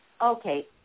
Okay